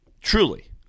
truly